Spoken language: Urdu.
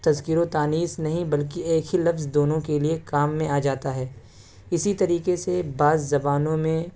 تذکیر و تانیث نہیں بلکہ ایک ہی لفظ دونوں کے لیے کام میں آ جاتا ہے اسی طریقے سے بعض زبانوں میں